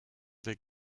des